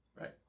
Right